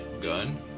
Gun